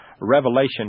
Revelation